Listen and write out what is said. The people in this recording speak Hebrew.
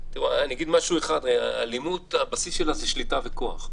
הבסיס של אלימות הוא שליטה וכוח.